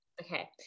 okay